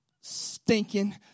stinking